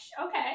okay